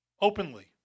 openly